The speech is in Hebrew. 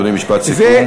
אדוני, משפט סיכום.